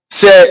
se